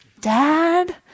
Dad